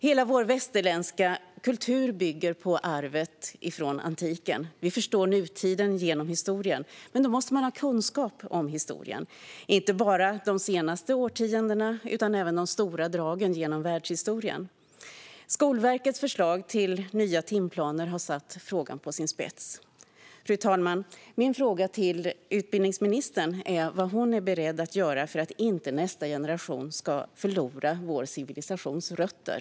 Hela vår västerländska kultur bygger på arvet från antiken. Vi förstår nutiden genom historien. Men då måste man ha kunskap om historien, och inte bara om de senaste årtiondena utan även om de stora dragen genom världshistorien. Skolverkets förslag till nya timplaner har ställt frågan på sin spets. Fru talman! Min fråga till utbildningsministern är vad hon är beredd att göra för att inte nästa generation ska förlora vår civilisations rötter.